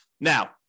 Now